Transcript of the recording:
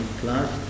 class